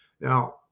now